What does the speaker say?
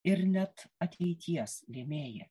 ir net ateities lėmėja